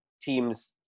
teams